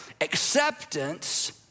acceptance